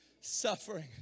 suffering